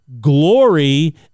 glory